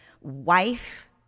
wife